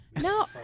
No